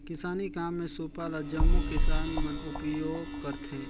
किसानी काम मे सूपा ल जम्मो किसान मन उपियोग करथे